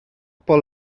por